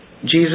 Jesus